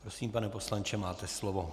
Prosím, pane poslanče, máte slovo.